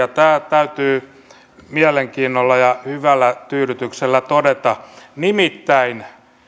täytyy mielenkiinnolla ja hyvällä tyydytyksellä todeta nimittäin